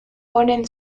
ponen